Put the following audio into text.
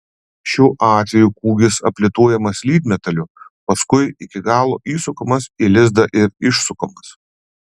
šiuo atveju kūgis aplituojamas lydmetaliu paskui iki galo įsukamas į lizdą ir išsukamas